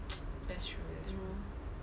that's true that's true